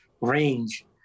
range